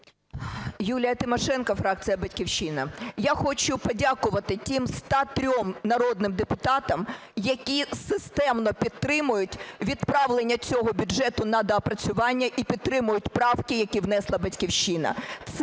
Юлія Тимошенко, фракція "Батьківщина". Я хочу подякувати тим 103 народним депутатом, які системно підтримують відправлення цього бюджету на доопрацювання і підтримують правки, які внесла "Батьківщина".